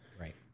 Right